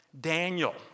Daniel